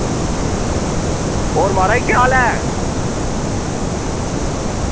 होर महाराज केह् हाल ऐ